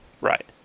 Right